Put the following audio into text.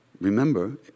remember